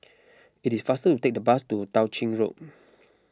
it is faster to take the bus to Tao Ching Road